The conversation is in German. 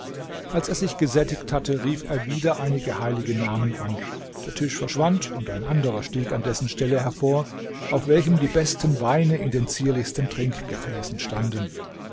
als er sich gesättigt hatte rief er wieder einige heilige namen an der tisch verschwand und ein anderer stieg an dessen stelle hervor auf welchem die besten weine in den zierlichsten trinkgefäßen standen